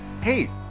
Hey